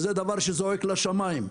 וזה דבר שזועק לשמיים.